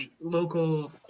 local